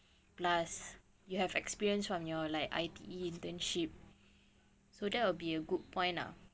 plus you have experience from your like I_T_E internship so that will be a good point ah